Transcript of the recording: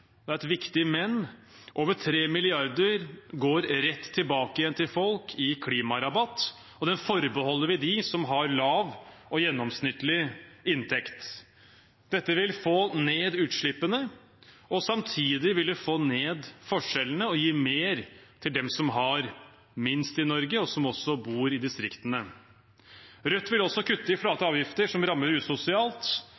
det er et viktig men – over 3 mrd. kr går rett tilbake igjen til folk i klimarabatt, og den forbeholder vi dem som har lav og gjennomsnittlig inntekt. Dette vil få ned utslippene, og samtidig vil det få ned forskjellene og gi mer til dem som har minst i Norge, og også til dem som bor i distriktene. Rødt vil også kutte i